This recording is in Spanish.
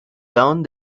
town